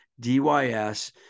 DYS